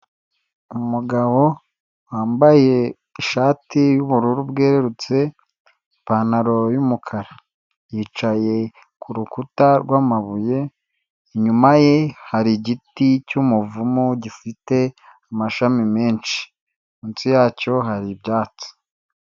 Umugabo wambaye ishati yubururu bwerurutse ipantaro yumukara, yicaye kurukuta rw'amabuye inyuma ye hari igiti cyumuvumu gifite amashami menshi munsi yacyo hari ibyatsi.